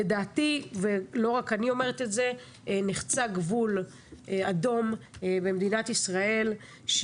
לדעתי ולא רק אני אומרת את זה נחצה גבול אדום במדינת ישראל.